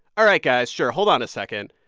all right, guys. sure. hold on a second.